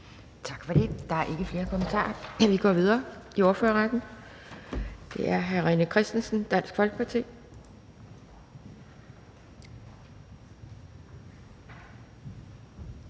Tak for det. Der er ikke flere korte bemærkninger. Vi går videre i ordførerrækken, og det er hr. René Christensen, Dansk Folkeparti. Kl.